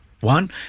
One